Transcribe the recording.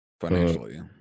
financially